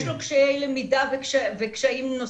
יש לו קשיי למידה וקשיים נוספים,